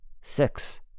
Six